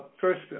first